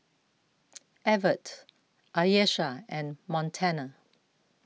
Evertt Ayesha and Montana